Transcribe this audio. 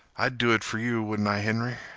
i'd do it fer you, wouldn't i, henry?